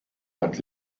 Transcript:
hat